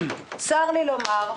צר לי לומר,